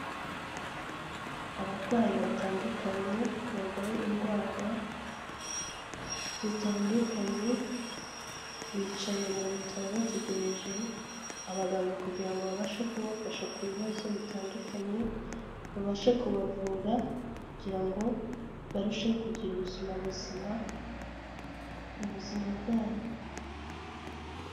Abarwayi batandukanye, barwaye indwara zitandukanye, bicaye mu bitaro bategereje abaganga kugira ngo babashe kubafasha ku bibazo bitandukanye, babashe kubavura kugira ngo barusheho kugira ubuzima buzima, mu buzima bwabo.